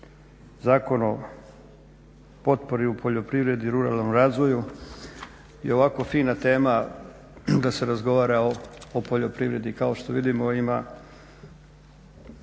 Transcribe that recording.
Zakon o potpori u poljoprivredi i ruralnom razvoju je ovako fina tema da se razgovara o poljoprivredi. Kao što vidimo ima